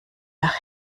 nach